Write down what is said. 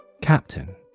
captain